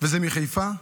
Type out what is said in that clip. וזה מחיפה,